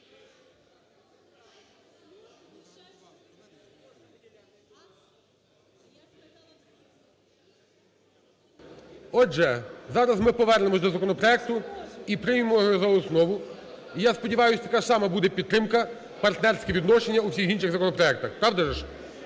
Отже, зараз ми повернемося до законопроекту і приймемо його за основу. І, я сподіваюсь, така ж сама буде підтримка, партнерські відношення в усіх інших законопроектах. Правда?